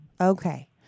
Okay